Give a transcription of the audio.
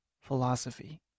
philosophy